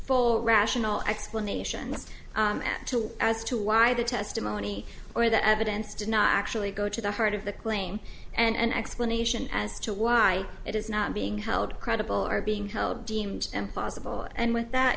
full rational explanations as to why the testimony or that evidence did not actually go to the heart of the claim and explanation as to why it is not being held credible are being held deemed impossible and with that